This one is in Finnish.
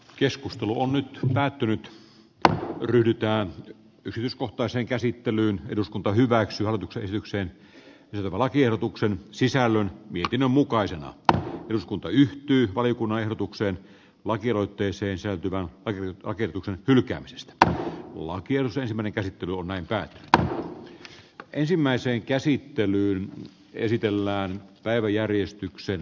keskustelu on nyt päättynyt tähän pyritään yrityskohtaiseen käsittelyyn eduskunta hyväksyy alkeisykseen levola tiedotuksen sisällön pitkin mukaisena ja eduskunta yhtyi valiokunnan ehdotukseen lakialoitteeseen säätyvän berry grace kuten pylkäksestä että laki lisäisi meni kari turunen käy tähän ensimmäiseen käsittelyyn hyvä niin